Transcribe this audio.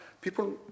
People